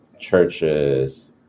churches